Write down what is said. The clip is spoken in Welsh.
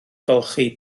golchi